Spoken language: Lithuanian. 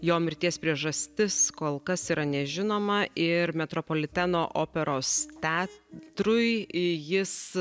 jo mirties priežastis kol kas yra nežinoma ir metropoliteno operos teatrui jis